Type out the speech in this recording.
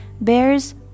bears